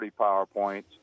PowerPoints